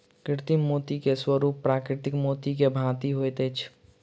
कृत्रिम मोती के स्वरूप प्राकृतिक मोती के भांति होइत अछि